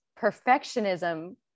perfectionism